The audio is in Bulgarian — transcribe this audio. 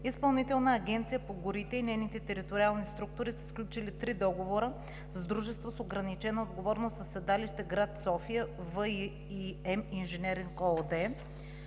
Изпълнителната агенция по горите и нейните териториални структури са сключили три договора с дружество с ограничена отговорност със седалище в град София – „В и М инженеринг“ ООД,